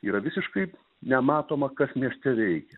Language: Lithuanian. yra visiškai nematoma kas mieste veikia